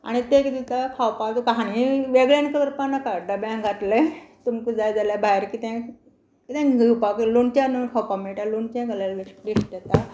आनी तें किदें जाता खावपाक तुका हाणें वेगळें करपा नाका डब्या घातलें तुमकां जाय जाल्या भायर कितें कितें घेवपाक लोणचे लावन खावपाक मेळटा लोणचें जाल्यार टेस्ट येता